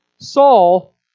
Saul